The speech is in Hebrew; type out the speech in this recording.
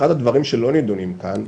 שאחד הדברים שלא נידונים כאן,